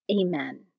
Amen